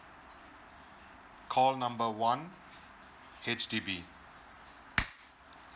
call number one H_D_B